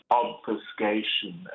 obfuscation